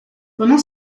pendant